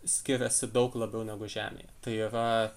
skiriasi daug labiau negu žemėje tai yra